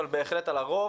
אבל בהחלט על הרוב